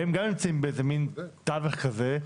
והם גם נמצאים במן תווך כזה,